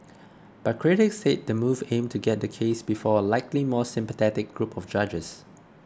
but critics said the move aimed to get the case before a likely more sympathetic group of judges